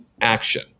action